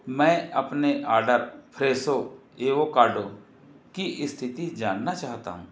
मैं अपने order Fresho avocado की स्थिति जानना चाहता हूँ